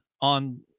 on